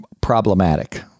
problematic